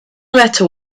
letter